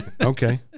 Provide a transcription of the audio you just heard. Okay